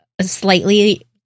slightly